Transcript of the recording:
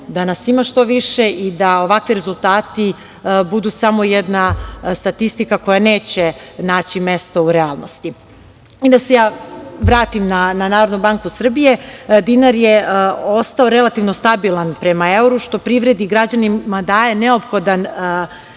da nas ima što više i da ovakvi rezultati budu samo jedna statistika koja neće naći mesto u realnosti. Da se vratim na Narodnu banku Srbije. Dinar je ostao relativno stabilan prema evru, što privredi i građanima daje neophodnu izvesnost